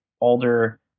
older